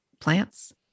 plants